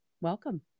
welcome